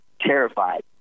terrified